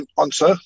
answer